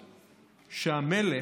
ולהודות שהמלך,